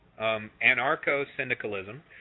anarcho-syndicalism